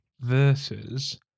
versus